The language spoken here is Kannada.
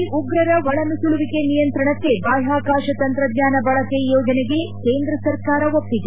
ಗಡಿಯಲ್ಲಿ ಉಗ್ರರ ಒಳನುಸುಳುವಿಕೆ ನಿಯಂತ್ರಣಕ್ಕೆ ಬಾಹ್ಯಾಕಾಶ ತಂತ್ರಜ್ಞಾನ ಬಳಕೆ ಯೋಜನೆಗೆ ಕೇಂದ್ರ ಸರ್ಕಾರ ಒಪ್ಸಿಗೆ